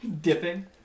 dipping